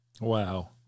Wow